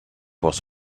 was